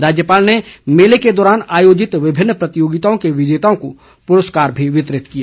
राज्यपाल ने मेले के दौरान आयोजित विभिन्न प्रतियोगिताओं के विजेताओं को पुरस्कार भी वितरित किए